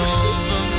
over